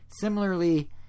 Similarly